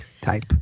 type